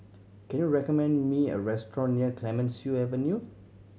can you recommend me a restaurant near Clemenceau Avenue